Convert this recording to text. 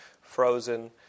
Frozen